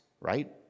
right